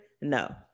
No